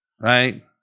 Right